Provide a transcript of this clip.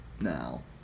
now